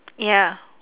ya